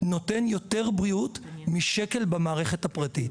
נותן יותר בריאות משקל במערכת הפרטית.